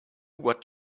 what